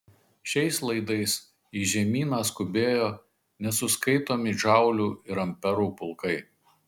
šiais laidais į žemyną skubėjo nesuskaitomi džaulių ir amperų pulkai